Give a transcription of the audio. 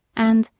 and,